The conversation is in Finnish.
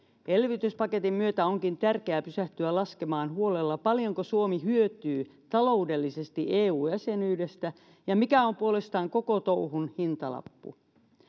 elvytyspaketin myötä onkin tärkeää pysähtyä laskemaan huolella paljonko suomi hyötyy taloudellisesti eu jäsenyydestä ja mikä on puolestaan koko touhun hintalappu